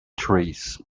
trees